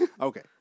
Okay